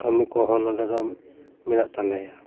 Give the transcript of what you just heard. ᱠᱟᱹᱢᱤ ᱠᱚᱦᱚᱸ ᱱᱚᱸᱰᱮ ᱫᱚ ᱢᱮᱱᱟᱜ ᱛᱟᱞᱮᱭᱟ